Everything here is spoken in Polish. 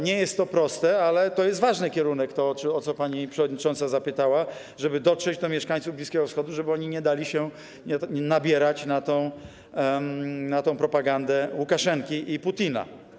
Nie jest to proste, ale to jest ważny kierunek, to, o co pani przewodnicząca zapytała, żeby dotrzeć do mieszkańców Bliskiego Wschodu, żeby nie dali się nabierać na tę propagandę Łukaszenki i Putina.